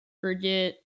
forget